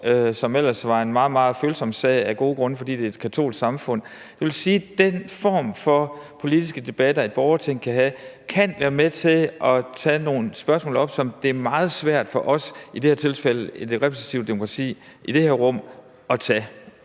var en meget, meget følsom sag, fordi det er et katolsk samfund. Jeg vil sige, at den form for politiske debatter, et borgerting kan have, kan være med til at tage nogle spørgsmål op, som det er meget svært for os – i det her tilfælde det repræsentative demokrati, i det her rum – at tage.